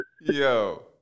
Yo